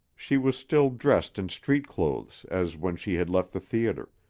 she was still dressed in street clothes as when she had left the theater,